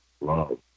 love